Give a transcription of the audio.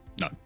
no